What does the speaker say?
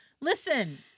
listen